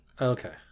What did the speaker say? okay